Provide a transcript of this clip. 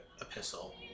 Epistle